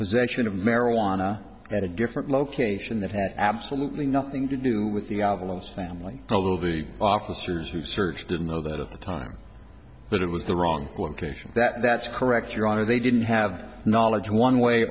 possession of marijuana at a different location that has absolutely nothing to do with the outlands family although the officers who searched didn't know that of the time but it was the wrong location that that's correct your honor they didn't have knowledge one way